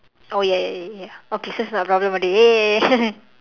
oh ya ya ya ya okay so it's not a problem already !yay!